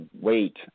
wait